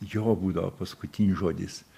jo būdavo paskutinis žodis